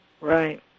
Right